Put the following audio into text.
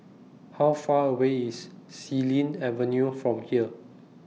How Far away IS Xilin Avenue from here